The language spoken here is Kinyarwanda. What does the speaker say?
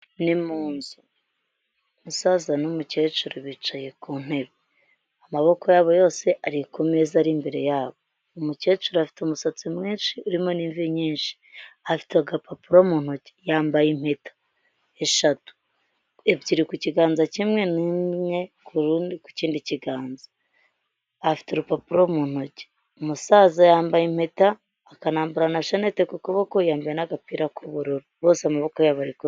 Umusaza n'umukecuru bicaye ku ntebe amaboko yabo yose ari ku m ari imbere yabo umukecuru afite umusatsi mwinshi urimo n'imvi, nyinshi afite agapapuro mu ntoki yambaye impeta eshatu, ebyiri ku kiganza kimwe indi ku kindi kiganza afite urupapuro mu ntoki; umusaza yambaye impeta akanambarara na shenete ku kuboko yambaye n'agapira k'ubururu bose amaboko yabo ari kumeza.